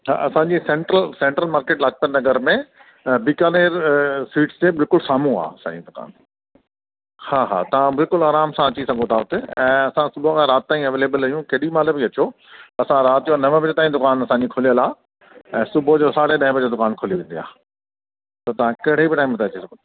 हा असांजी central central market में लाजपत नगर में बीकानेर स्विट्स जे बिल्कुलु सामुहूं आहे असांजी दुकानु हा हा तव्हां बिल्कुलु आराम सां अची सघो था हुते ऐं असां सुबुह खां राति ताईं अवेलेबल आहियूं केॾीमहिल बि अचो असां राति जा नवे बजे ताईं असांजी दुकानु खुलियल आहे ऐं सुबुह जो साढ़े ॾहे बजे दुकानु खुली हूंदी आहे पोइ तव्हां कहिड़े बि टाइम ॿुधाए छॾियो